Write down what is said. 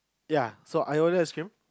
ya so I ordered ice cream